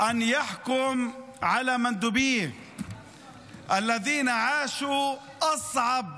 אני תולה תקווה בבני עמנו שישפטו את נציגיהם,